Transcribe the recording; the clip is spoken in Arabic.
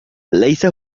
ليس